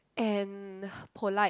and polite